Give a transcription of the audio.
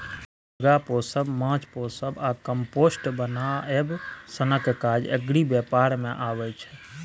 मुर्गा पोसब, माछ पोसब आ कंपोस्ट बनाएब सनक काज एग्री बेपार मे अबै छै